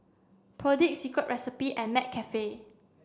Perdix Secret Recipe and McCafe